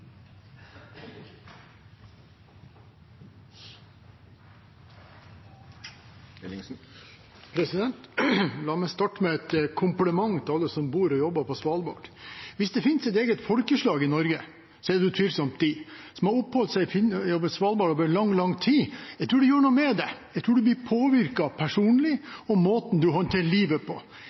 La meg starte med et kompliment til alle som bor og jobber på Svalbard. Hvis det finnes et eget folkeslag i Norge, er det utvilsomt de som har oppholdt seg på Svalbard over lang, lang tid. Jeg tror det gjør noe med en. Jeg tror man blir påvirket personlig i måten man håndterer livet på.